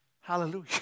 hallelujah